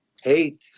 hate